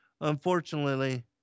Unfortunately